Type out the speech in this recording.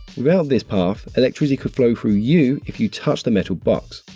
without this path electricity could flow through you if you touch the metal box.